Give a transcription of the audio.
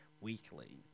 weekly